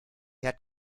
had